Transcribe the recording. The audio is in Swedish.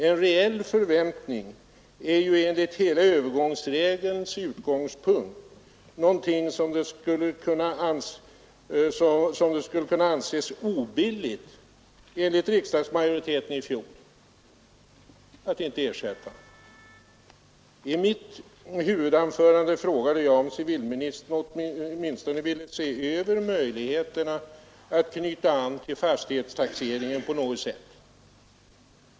En reell förväntning är enligt övergångsbestämmelsernas utgångspunkt någonting som det skulle kunna anses obilligt, enligt riksdagsmajoriteten i fjol, att inte ersätta. I mitt huvudanförande frågade jag om civilministern åtminstone ville se över möjligheterna att knyta an till fastighetstaxeringen på något sätt.